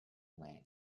wang